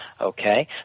Okay